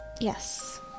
yes